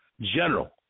general